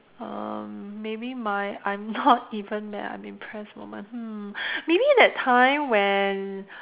um maybe my I'm not even mad I'm impressed moment hmm maybe that time when